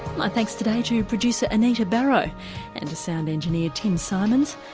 my thanks today to producer anita barraud and to sound engineer tim symonds.